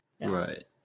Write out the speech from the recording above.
Right